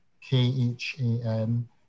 K-H-A-N